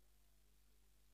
החוקים.